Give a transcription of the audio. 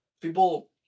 people